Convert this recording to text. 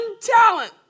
talent